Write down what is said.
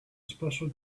special